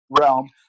realm